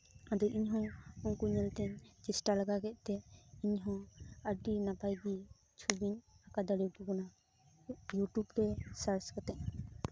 ᱟᱫᱚ ᱤᱧ ᱦᱚᱸ ᱩᱱᱠᱩ ᱧᱮᱞᱛᱮᱧ ᱪᱮᱥᱴᱟ ᱞᱮᱜᱟ ᱠᱮᱫᱛᱮ ᱤᱧ ᱦᱚᱸ ᱟᱹᱰᱤ ᱱᱟᱯᱟᱭᱜᱮ ᱪᱷᱚᱵᱤᱧ ᱟᱸᱠᱟᱣ ᱫᱟᱲᱮᱭᱟᱠᱚ ᱠᱟᱱᱟ ᱤᱭᱩᱴᱩᱵ ᱨᱮ ᱥᱟᱨᱪ ᱠᱟᱛᱮᱫ